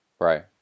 Right